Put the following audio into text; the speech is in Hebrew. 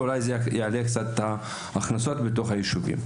ואולי זה יעלה קצת את ההכנסות בתוך היישובים,